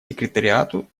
секретариату